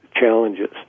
challenges